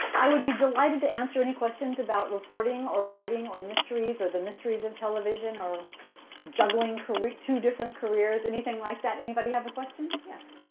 i would be delighted to answer any questions about reporting or writing or mysteries, or the mysteries of television, or juggling two different careers, anything like that. anybody have a question? yes.